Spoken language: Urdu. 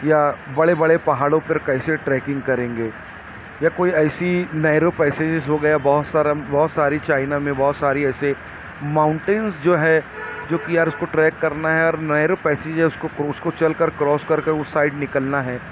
یا بڑے بڑے پہاڑوں پر کیسے ٹریکنگ کریں گے یا کوئی ایسی نیرو پیسیز ہو گیا بہت سارا بہت ساری چائنا میں بہت ساری ایسے ماؤنٹینس جو ہے جو کہ یار اس کو ٹریک کرنا ہے اور نیرو پیسیجرز کو کراس اس کو چل کر کراس کر کر اس سائڈ نکلنا ہے